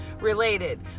related